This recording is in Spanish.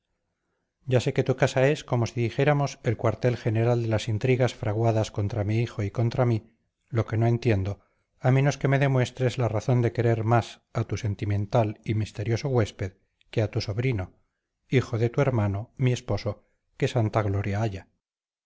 ya sé que tu casa es como si dijéramos el cuartel general de las intrigas fraguadas contra mi hijo y contra mí lo que no entiendo a menos que me demuestres la razón de querer más a tu sentimental y misterioso huésped que a tu sobrino hijo de tu hermano mi esposo que santa gloria haya